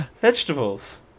vegetables